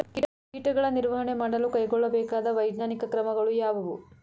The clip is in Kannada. ಕೀಟಗಳ ನಿರ್ವಹಣೆ ಮಾಡಲು ಕೈಗೊಳ್ಳಬೇಕಾದ ವೈಜ್ಞಾನಿಕ ಕ್ರಮಗಳು ಯಾವುವು?